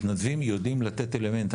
מתנדבים יודעים לתת אלמנט.